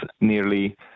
nearly